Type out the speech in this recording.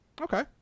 okay